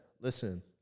listen